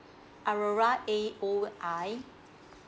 alora A O I